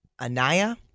Anaya